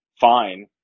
fine